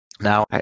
now